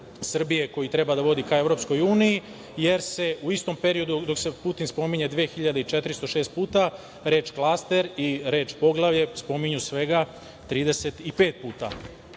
koji treba da vodi ka EU jer se u istom periodu dok se Putin spominje 2.406 puta reč klaster i reč poglavlje spominju svega 35